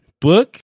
book